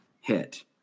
hit